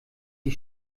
die